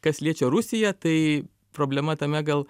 kas liečia rusiją tai problema tame gal